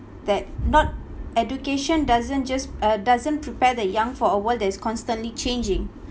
that not education doesn't just uh doesn't prepare the young for a world that is constantly changing